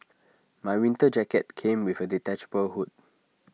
my winter jacket came with A detachable hood